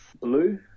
blue